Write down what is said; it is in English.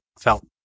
Felt